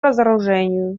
разоружению